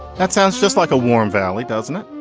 that sounds just like a warm valley doesn't it.